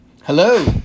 Hello